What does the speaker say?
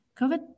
COVID